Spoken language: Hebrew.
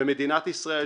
ומדינת ישראל,